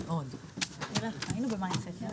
הישיבה